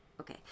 okay